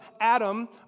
Adam